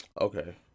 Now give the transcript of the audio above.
Okay